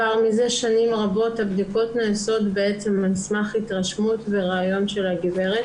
מזה שנים רבות הבדיקות נעשות בעצם על סמך התרשמות וראיון של הגברת